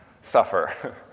suffer